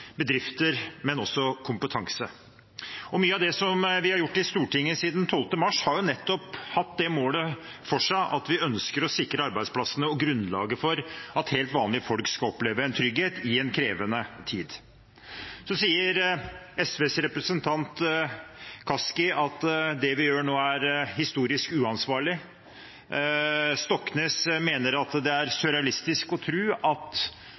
bedrifter og også om kompetanse. Målet med mye av det vi har gjort i Stortinget siden 12. mars, har nettopp vært at vi ønsker å sikre arbeidsplassene og grunnlaget for at helt vanlige folk skal oppleve trygghet i en krevende tid. SVs representant Kaski sier at det vi nå gjør, er historisk uansvarlig. Representanten Stoknes mener det er surrealistisk å tro at